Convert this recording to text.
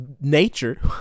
Nature